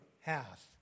half